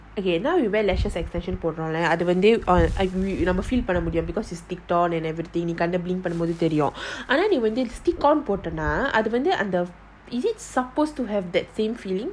okay now you wear lashes extension for போட்டோம்லஅதுவந்து:potomla adhu vandhu is it supposed to have that same feeling